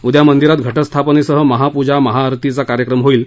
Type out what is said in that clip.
उद्या मंदिरात घटस्थापनेसह महापूजा महाआरतीचा कार्यक्रम होईल